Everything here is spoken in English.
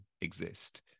exist